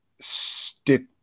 stick